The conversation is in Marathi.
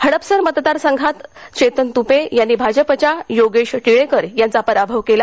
हडपसर मतदारसंघात चेतन त्पे यांनी भाजपाच्या योगेश टिळेकर यांचा पराभव केला